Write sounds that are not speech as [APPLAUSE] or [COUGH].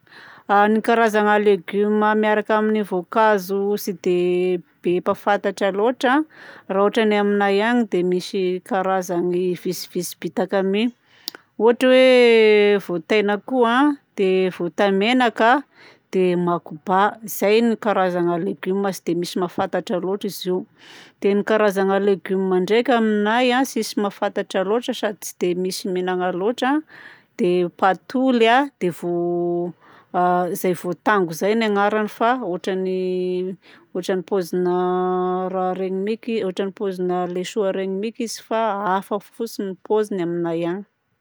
A ny karazagna legioma miaraka amin'ny voankazo tsy dia [HESITATION] be mpahafantatra loatra raha ohatra ny any aminay any dia misy karazany vitsivitsy bitaka mia; ohatra hoe voatainakoho a, dia voatamenaka a. Dia makoba izay ny karazagna legioma tsy dia misy mahafantatra loatra izy io. Dia ny karazagna legioma ndraika aminay a tsisy mahafantatra loatra sady tsy dia misy mihinana loatra dia: patoly a, dia voa- [HESITATION] izay voatango izay ny agnarany fa ohatran'ny [HESITATION] ohatran'ny paozina [HESITATION] raha ireny miky ohatran'ny paozina laisoa ireny miky izy fa hafa fotsiny ny paoziny aminay agny.